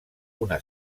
una